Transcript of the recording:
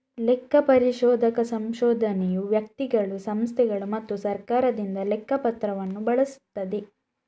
ಲೆಕ್ಕ ಪರಿಶೋಧಕ ಸಂಶೋಧನೆಯು ವ್ಯಕ್ತಿಗಳು, ಸಂಸ್ಥೆಗಳು ಮತ್ತು ಸರ್ಕಾರದಿಂದ ಲೆಕ್ಕ ಪತ್ರವನ್ನು ಬಳಸುತ್ತದೆ